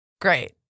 Great